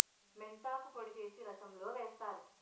మెంతాకు పొడి చేసి రసంలో వేస్తారు